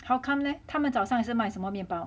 how come leh 她们早上是买什么面包